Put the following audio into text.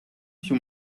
you